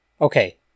Okay